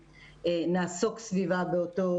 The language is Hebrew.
אם מנהיגים פוליטיים או בין אם זה אפילו מנהיגי תרבות,